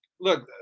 look